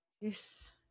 Yes